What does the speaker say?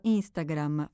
Instagram